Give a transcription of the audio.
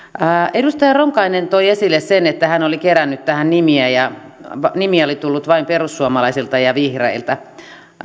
edustaja ronkainen toi esille sen että hän oli kerännyt tähän nimiä ja nimiä oli tullut vain perussuomalaisilta ja vihreiltä